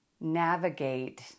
navigate